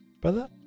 brother